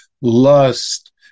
lust